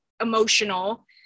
emotional